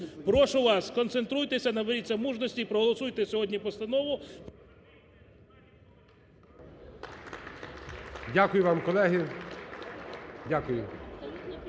Прошу вас, сконцентруйтеся, наберіться мужності і проголосуйте сьогодні постанову. ГОЛОВУЮЧИЙ. Дякую вам, колеги,